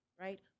right